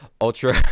ultra